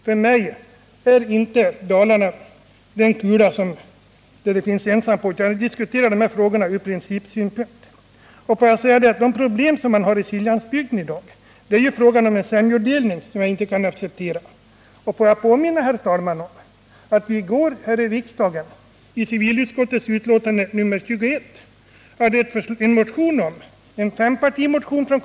För mig gäller det inte bara Dalarna, utan jag diskuterar frågorna från principsynpunkt. De problem som man har i Siljansbygden i dag gäller ju en sämjedelning, som man måste söka komma till rätta med. Får jag påminna om, herr talman, att vi i går här i kammaren diskuterade en fempartimotion från representanter för Kopparbergs län. Det gällde civilutskottets betänkande nr 21.